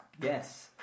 Yes